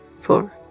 four